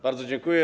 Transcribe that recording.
Bardzo dziękuję.